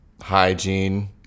Hygiene